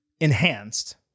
enhanced